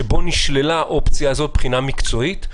שבו נשללה האופציה הזאת מבחינה מקצועית,